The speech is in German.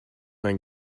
mein